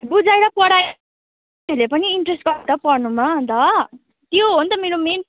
बुझाएर पढायो भनने पनि इन्ट्रेस्ट गर्छ पढ्नुमा अन्त त्यो हो नि त मेरो मेन